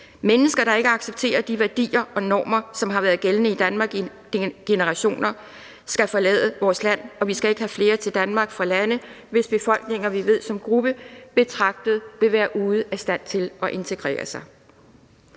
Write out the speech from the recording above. Mennesker, der ikke accepterer de værdier og normer, som har været gældende i Danmark i generationer, skal forlade vores land, og vi skal ikke have flere til Danmark fra lande, hvis befolkninger vi ved som gruppe betragtet vil være ude af stand til at integrere sig.